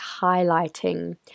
highlighting